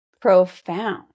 profound